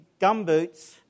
gumboots